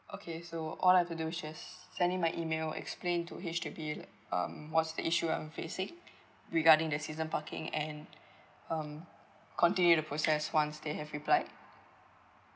okay so all I've to do is just sending my email explain to H_D_B like um what's the issue I'm facing regarding the season parking and um continue the process once they have replied